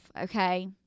okay